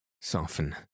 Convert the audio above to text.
soften